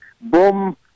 Boom